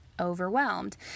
overwhelmed